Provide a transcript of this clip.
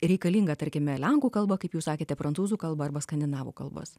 reikalingą tarkime lenkų kalbą kaip jūs sakėte prancūzų kalbą arba skandinavų kalbas